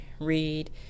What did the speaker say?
read